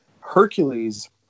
Hercules